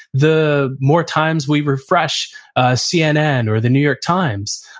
the more times we refresh cnn or the new york times,